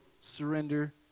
surrender